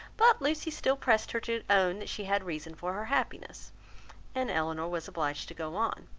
but lucy still pressed her to own that she had reason for her happiness and elinor was obliged to go on